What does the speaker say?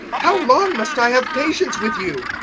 how long must i have patience with you?